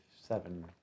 seven